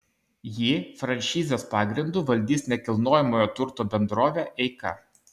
jį franšizės pagrindu valdys nekilnojamojo turto bendrovė eika